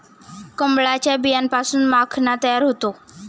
कमळाच्या बियांपासून माखणा तयार होतो